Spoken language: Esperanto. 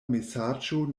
mesaĝo